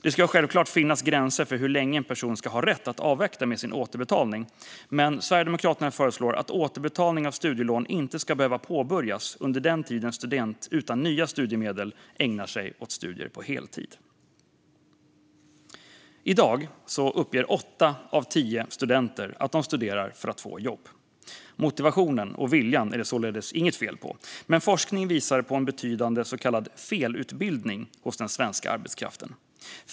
Det ska självklart finnas gränser för hur länge en person ska ha rätt att avvakta med sin återbetalning, men Sverigedemokraterna föreslår att återbetalning av studielån inte ska behöva påbörjas under den tid en student utan nya studiemedel ägnar sig åt studier på heltid. I dag uppger åtta av tio studenter att de studerar för att få jobb. Motivationen och viljan är det således inget fel på, men forskning visar på en betydande så kallad felutbildning hos den svenska arbetskraften.